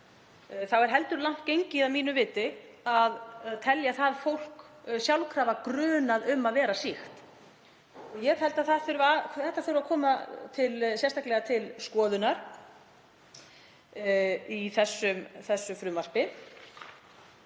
Þá er heldur langt gengið að mínu viti að gruna það fólk sjálfkrafa um að vera sýkt. Ég tel að þetta þurfi að koma sérstaklega til skoðunar í frumvarpinu.